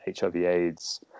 HIV/AIDS